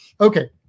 Okay